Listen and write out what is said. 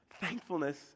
Thankfulness